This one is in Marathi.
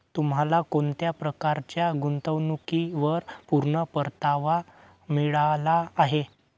तुम्हाला कोणत्या प्रकारच्या गुंतवणुकीवर पूर्ण परतावा मिळाला आहे